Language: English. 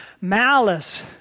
Malice